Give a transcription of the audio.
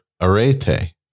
arete